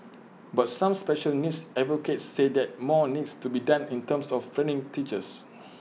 but some special needs advocates say that more needs to be done in terms of training teachers